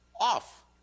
off